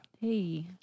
hey